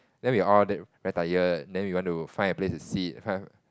then we are all very tired then we want to find a place to sit find